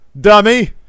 Dummy